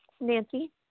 Nancy